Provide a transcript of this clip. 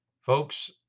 Folks